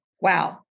wow